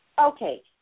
Okay